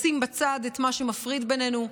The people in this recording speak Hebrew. לשים בצד את מה שמפריד בינינו,